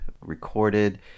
recorded